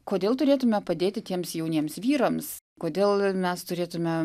kodėl turėtume padėti tiems jauniems vyrams kodėl mes turėtume